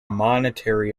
monetary